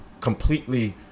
completely